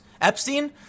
Epstein